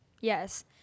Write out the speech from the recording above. Yes